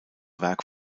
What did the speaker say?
werk